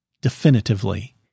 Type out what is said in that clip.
definitively